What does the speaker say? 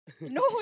no